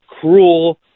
cruel